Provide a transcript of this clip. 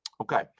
Okay